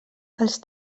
els